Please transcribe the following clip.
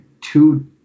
two